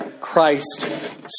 Christ